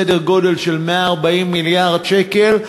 סדר גודל של 140 מיליארד שקל,